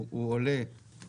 הוא על חשבון